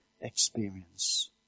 experience